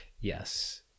Yes